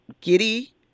Giddy